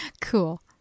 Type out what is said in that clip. Cool